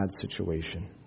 situation